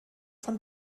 von